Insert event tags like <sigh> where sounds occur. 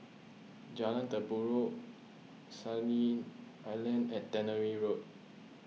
Jalan <unintelligible> Sandy Island and Tannery Road